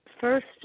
first